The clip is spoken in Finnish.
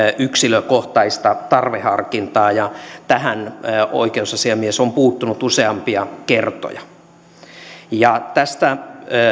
yksilökohtaista tarvehankintaa ja tähän oikeusasiamies on puuttunut useampia kertoja tästä